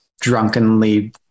drunkenly